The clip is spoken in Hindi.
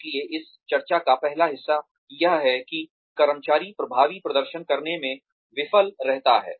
इसलिए इस चर्चा का पहला हिस्सा यह है कि कर्मचारी प्रभावी प्रदर्शन करने में विफल रहता है